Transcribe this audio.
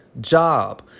job